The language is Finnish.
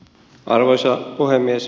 arvoisa puhemies